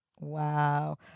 Wow